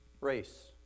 race